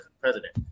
president